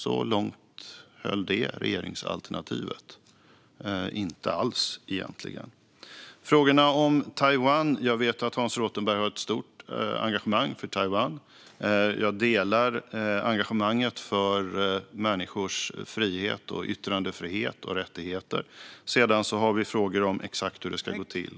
Så långt höll det regeringsalternativet - egentligen inte alls. Jag vet att Hans Rothenberg har ett stort engagemang för Taiwan. Jag delar engagemanget för människors frihet, yttrandefrihet och rättigheter. Sedan har vi frågor om exakt hur det ska gå till.